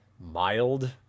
mild